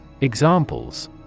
Examples